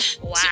Wow